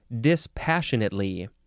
dispassionately